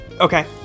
Okay